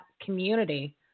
community